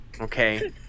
Okay